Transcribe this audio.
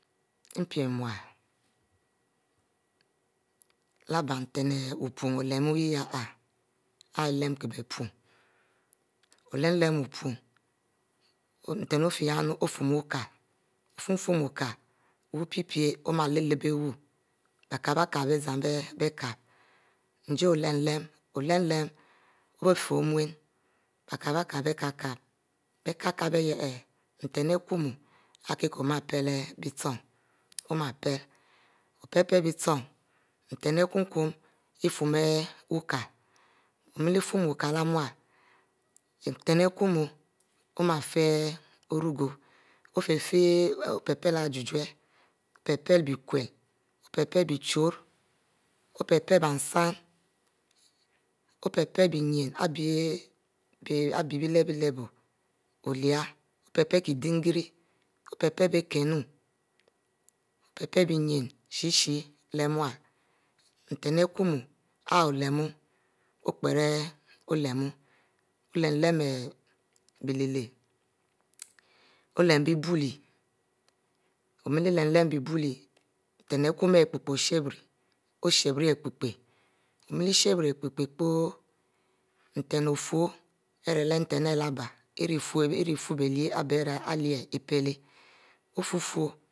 Npie muiele leh bie iri nten biupoung hey. olerm wu poung, nten ofieh ori mie funn wu chiele ori funn-funn ari bie lehle-lehle, kap-bie kap bie zan bie kap-kap ari oluni ejile hay bie ofie omuo, kap kap bie kap ayeh nten kum ari k'o mie piele o'piele bie nchong nten ari kum-kum ofum wuekiiele, o' mele ofum bie kiele leh mule nten ari kum-kum, oh fie orugor, o'piele-piele ijijueh o'h piele piele biekale oh piele biechoro, o'-piele biesann o'piele benyin ari bie lehbiel bu, o;piele kidiegre o'piele biekunnu, o piele bie nyin she-she leh muiele, nten ari olemu o'pieri o'lemu. olemu lem biele leh, olem bie balele, olem-lem nten ari tuetuu ari pie-pieh oshebiri o'shebiri ari pie-pieh o'mele shebiri pieh nten ari leh bie nten ofur ari leh nten ari leh bie iri fure bie lyieh ari bie ileh ofur